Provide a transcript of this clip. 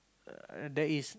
uh there is